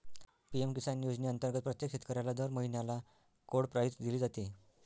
PM Kisan योजनेअंतर्गत प्रत्येक शेतकऱ्याला दर महिन्याला कोड प्राईज दिली जाते